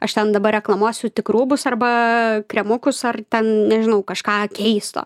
aš ten dabar reklamuosiu tik rūbus arba kremukus ar ten nežinau kažką keisto